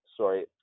sorry